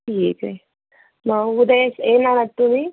ठीक आहे म उद्या येश येणार आहात तुम्ही